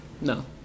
No